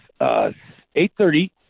8.30